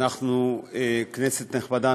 כנסת נכבדה,